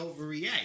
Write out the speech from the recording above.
overreact